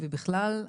בכלל,